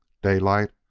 daylight,